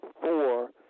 four